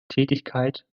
tätigkeit